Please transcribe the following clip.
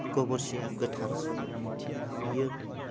गोबोरखिया गोथारसो बियो